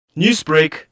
Newsbreak